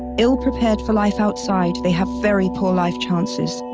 ill-prepared for life outside, they have very poor life chances.